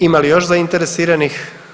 ima li još zainteresiranih?